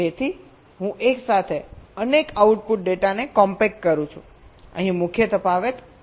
તેથી હું એક સાથે અનેક આઉટપુટ ડેટાને કોમ્પેક્ટ કરું છું અહીં મુખ્ય તફાવત આ છે